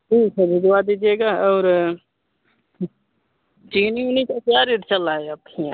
ठीक है भिजवा दीजिएगा और चीनी उनी का क्या रेट चल रहा है आपके यहाँ